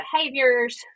behaviors